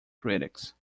critics